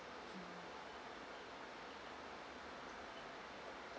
mm